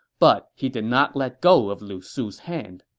but he did not let go of lu su's hand.